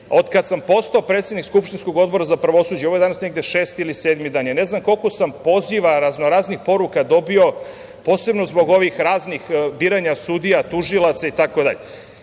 od kada sam postao predsednik skupštinskog Odbora za pravosuđa, ovo je danas negde šesti ili sedmi dan, ja ne znam koliko sam poziva, raznoraznih poruka dobio, posebno zbog ovih raznih biranja sudija, tužilaca